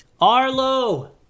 Arlo